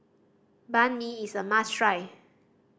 Banh Mi is a must try